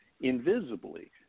invisibly